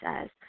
says